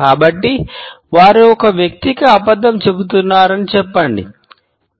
కాబట్టి వారు ఒక వ్యక్తికి అబద్ధం చెబుతున్నారని చెప్పండి